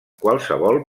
qualsevol